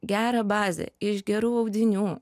gerą bazę iš gerų audinių